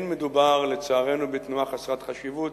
לא מדובר, לצערנו, בתנועה חסרת חשיבות.